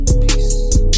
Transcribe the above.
peace